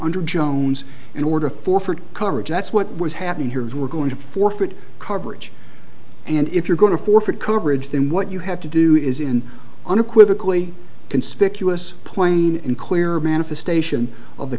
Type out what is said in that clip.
under jones in order for for coverage that's what was happening here is we're going to forfeit coverage and if you're going to forfeit coverage then what you have to do is in unequivocally conspicuous plain and clear manifestation of the